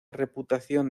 reputación